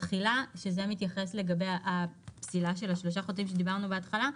התחילה מתייחסת לפסילה של השלושה חודשים שדיברנו עליה בהתחלה: